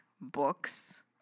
books